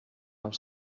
els